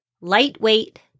lightweight